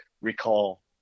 recall